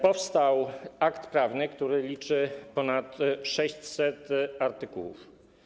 Powstał akt prawny, który liczy ponad 600 artykułów.